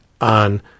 on